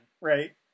right